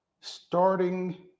starting